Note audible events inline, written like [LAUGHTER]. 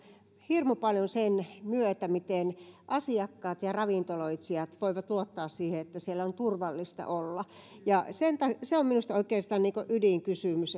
hirmu paljon sen myötä miten asiakkaat ja ravintoloitsijat voivat luottaa siihen että siellä on turvallista olla se on minusta oikeastaan ydinkysymys [UNINTELLIGIBLE]